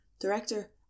director